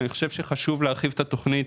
חשוב להרחיב את התוכנית,